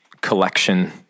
collection